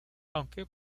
aunque